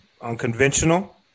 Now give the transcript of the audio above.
Unconventional